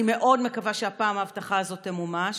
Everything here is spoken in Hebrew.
אני מאוד מקווה שהפעם ההבטחה הזאת תמומש.